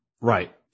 Right